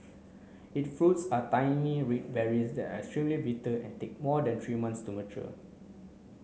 it fruits are tiny red berries that are extremely bitter and take more than three month to mature